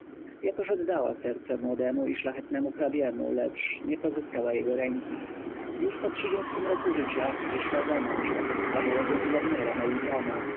jakoż oddała serce młodemu i szlachetnemu hrabiemu lecz nie pozyskała jego ręki już po trzydziestym roku życia wyszła zamąż za podstarzałego guwernera melitona